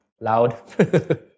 loud